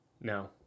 No